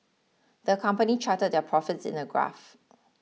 the company charted their profits in a graph